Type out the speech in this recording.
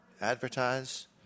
advertise